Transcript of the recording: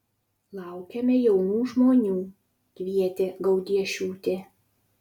laukiame jaunų žmonių kvietė gaudiešiūtė